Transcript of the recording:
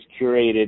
curated